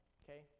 okay